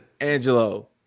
Angelo